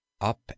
up